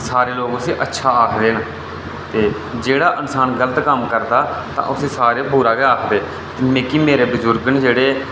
सारे लोक उसी अच्छा आखदे न ते जेह्ड़ा इन्सान गलत कम्म करदा उसी सारे गै बुरा आखदे मिगी मेरे बजुर्ग न जेह्ड़े